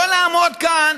לא לעמוד כאן